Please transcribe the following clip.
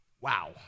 Wow